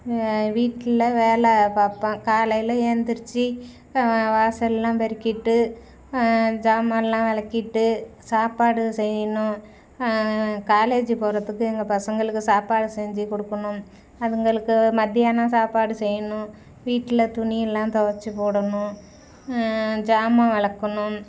வீட்டில் வேலை பார்ப்பேன் காலையில் எந்துருச்சி வாசலெலாம் பெருக்கிட்டு ஜாமானெலாம் விளக்கிட்டு சாப்பாடு செய்யணும் காலேஜு போகிறத்துக்கு எங்கள் பசங்களுக்கு சாப்பாடு செஞ்சுக் கொடுக்குணும் அதுங்களுக்கு மத்தியானம் சாப்பாடு செய்யணும் வீட்டில் துணி எல்லாம் தொவச்சு போடணும் ஜாமான் விளக்கணும்